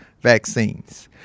vaccines